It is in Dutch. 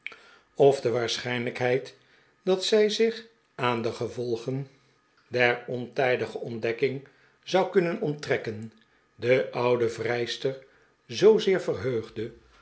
of de waarschijnlijkheid dat zij zich aan de gevolgen der ontijdige ontdekking zou kurmen onttrekken de oude vrijster zoozeer verheugde